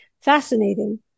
fascinating